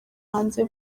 hanze